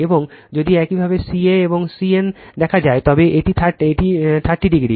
এবং যদি একইভাবে ca এবং cn দেখা যায় তবে এটি 30 ডিগ্রি